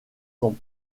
sont